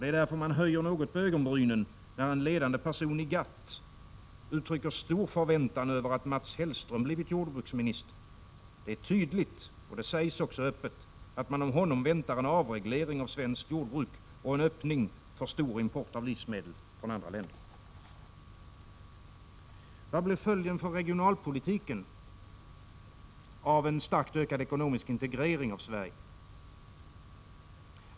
Det är därför man något höjer på ögonbrynen när en ledande person i GATT uttrycker stor förväntan över att Mats Hellström blivit jordbruksminister. Det är tydligt — det sägs öppet — att man av honom väntar en avreglering av svenskt jordbruk och en öppning för stor import av livsmedel från andra länder. Vad blir följden för regionalpolitiken av en starkt ökad ekonomisk integrering av Sverige?